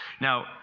Now